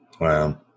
Wow